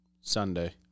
Sunday